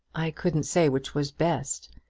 i couldn't say which was best.